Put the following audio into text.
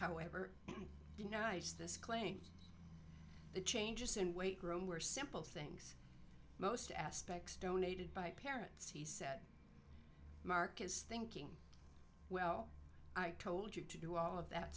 however denies this claim the changes in weight room were simple thing most aspects donated by parents he said mark is thinking well i told you to do all of that